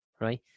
Right